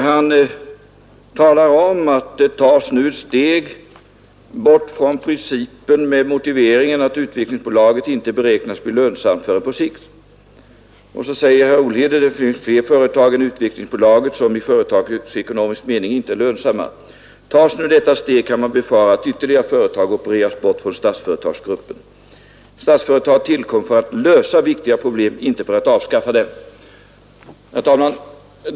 Han talar där om att det nu tas ett steg bort från en grundläggande princip med motiveringen att Utvecklingsbolaget inte beräknas bli lönsamt förrän på sikt. Herr Olhede fortsätter: ”Det finns fler företag än Utvecklingsbolaget som i företagsekonomisk mening inte är lönsamma. Tas nu detta steg kan man befara att ytterligare företag opereras bort från Statsföretagsgruppen. Statsföretag tillkom för att lösa viktiga problem, inte för att avskaffa dem.” Herr talman!